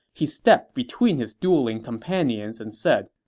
he stepped between his dueling companions and said,